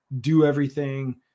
do-everything